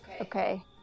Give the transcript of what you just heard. Okay